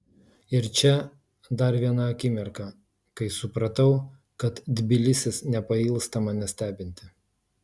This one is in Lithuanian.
ir čia dar viena akimirka kai supratau kad tbilisis nepailsta manęs stebinti